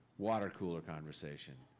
water cooler conversation.